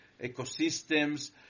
ecosystems